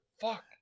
fuck